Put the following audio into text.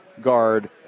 guard